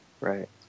Right